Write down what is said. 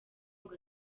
ngo